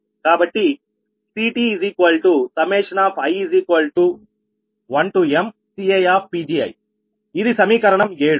కాబట్టి CTi1mCi ఇది సమీకరణం 7